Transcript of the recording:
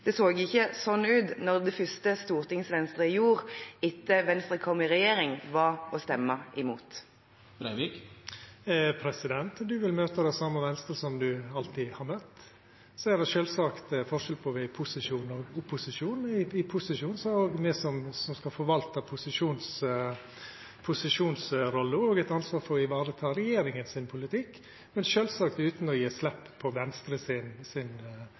Det så ikke slik ut da det første Stortings-Venstre gjorde etter at Venstre kom i regjering, var å stemme imot regjeringen. Representanten vil møta det same Venstre som ho alltid har møtt. Så er det sjølvsagt forskjell på å vera i posisjon og i opposisjon. I posisjon er det me som skal forvalta posisjonen si rolle og har eit ansvar for å vareta politikken til regjeringa, men sjølvsagt utan å gje slepp på Venstres politikk, Venstres program og Venstres grunnhaldningar. Det beste beviset på